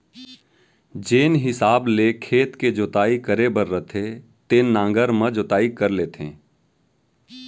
जेन हिसाब ले खेत के जोताई करे बर रथे तेन नांगर म जोताई कर लेथें